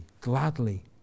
gladly